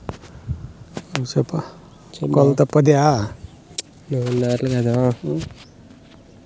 కేంద్ర పెబుత్వం సొంతంగా సోలార్ పంపిలిస్తాండాది ఇక కరెంటు కోతలే